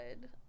good